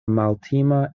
maltima